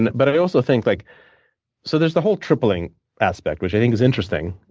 and but i also think like so there's the whole tripling aspect, which i think is interesting.